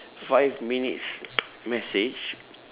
five minutes message